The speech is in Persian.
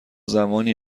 زمانی